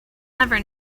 never